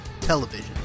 television